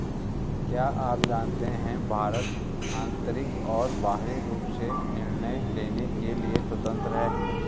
क्या आप जानते है भारत आन्तरिक और बाहरी रूप से निर्णय लेने के लिए स्वतन्त्र है?